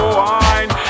wine